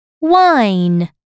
wine